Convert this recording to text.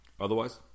Otherwise